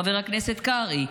חבר הכנסת קרעי,